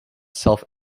self